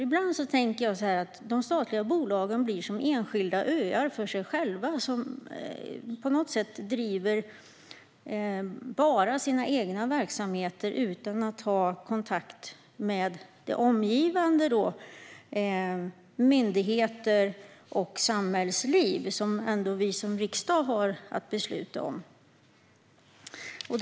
Ibland tänker jag nämligen att de statliga bolagen blir som enskilda öar, som på något sätt driver bara sina egna verksamheter utan att ha kontakt med omgivande myndigheter och samhällsliv, som vi som riksdag har att besluta om.